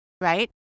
right